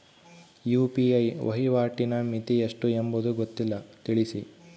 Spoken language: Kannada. ಯು.ಪಿ.ಐ ವಹಿವಾಟಿನ ಮಿತಿ ಎಷ್ಟು ಎಂಬುದು ಗೊತ್ತಿಲ್ಲ? ತಿಳಿಸಿ?